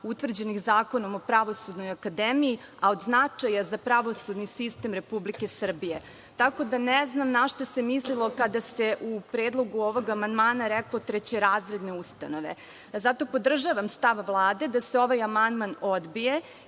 utvrđenih Zakonom o Pravosudnoj akademiji, a od značaja za pravosudni sistem Republike Srbije. Tako da ne znam na šta se mislilo kada se u predlogu ovog amandman reklo – trećerazredne ustanove. Zato podržavam stav Vlade da se ovaj amandman odbije,